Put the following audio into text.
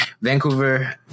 vancouver